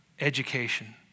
education